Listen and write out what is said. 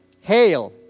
Hail